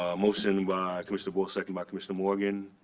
motion by commissioner boyle, second by commissioner morgan.